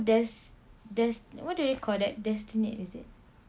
there's there's what do they call that destiny is it